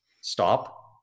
stop